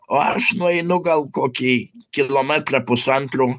o aš nueinu gal kokį kilometrą pusantro